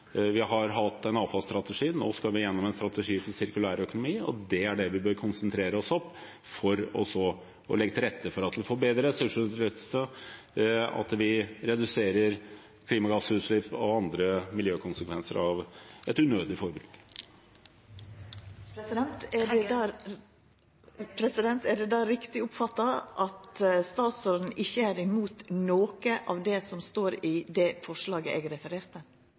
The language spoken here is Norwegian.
vi har hatt en avfallsstrategi, og nå skal vi gjennom en strategi for sirkulær økonomi. Det er det vi bør konsentrere oss om, for så å legge til rette for at vi får bedre ressursutnyttelse, og at vi reduserer klimagassutslipp og andre miljøkonsekvenser av et unødig forbruk. Er det då riktig oppfatta at statsråden ikkje er mot noko av det som står i det forslaget eg refererte? Dette forslaget handler jo om at man skal sette ned et utvalg. Jeg